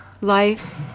life